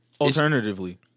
alternatively